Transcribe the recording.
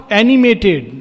animated